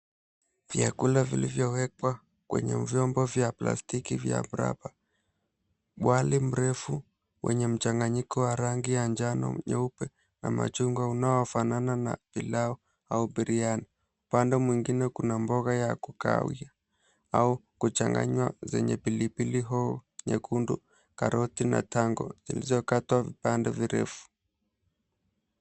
Vyakula vilivyowekwa kwenye vyombo vya plastiki vya mraba. Wali mrefu wenye mchanganyiko wa rangi ya manjano, nyeupe na machungwa unaofanana na pilau au biriyani. Upande mwingine kuna mboga ya kugawia au kuchanganywa zenye pilipili hoho nyekundu, karoti na tango zilizokatwa vipande virefu.